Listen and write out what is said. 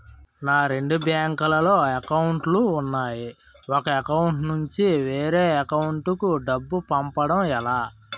నాకు రెండు బ్యాంక్ లో లో అకౌంట్ లు ఉన్నాయి ఒక అకౌంట్ నుంచి వేరే అకౌంట్ కు డబ్బు పంపడం ఎలా?